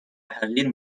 حقیر